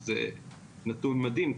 זה נתון מדהים,